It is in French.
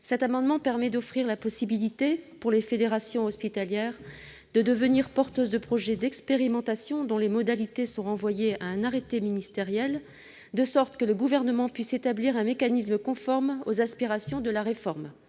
Cet amendement vise à offrir la possibilité aux fédérations hospitalières de devenir porteuses de projets d'expérimentation dont les modalités sont renvoyées à un arrêté ministériel, de sorte que le Gouvernement puisse établir un mécanisme conforme aux aspirations de la réforme.